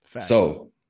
So-